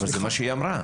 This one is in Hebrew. אבל זה מה שהיא אמרה.